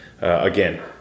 again